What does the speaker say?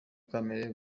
kamere